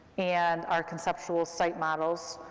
and our conceptual site models,